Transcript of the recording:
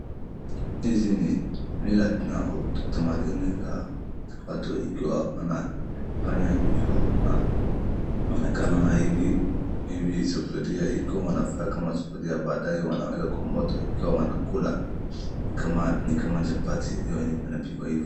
Hizi ni mila na utamaduni za watu ikiwa wanafanya hivyo na wanaonekana hivi izo video ikiwa wanafanya kama sufuria baadaye wanaweka kwa moto ikiwa wanakula. Ni kama chapati ndiyo imepikwa hivo.